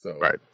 Right